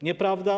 Nieprawda?